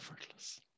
effortless